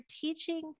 teaching